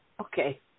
Okay